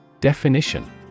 Definition